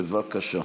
בבקשה.